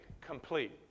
complete